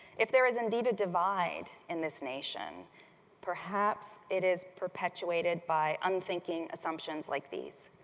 if there is indeed a divide in this nation perhaps it is perpetuated by unthinking assumptions like these.